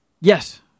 Yes